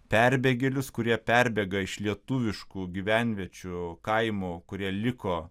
perbėgėlius kurie perbėga iš lietuviškų gyvenviečių kaimų kurie liko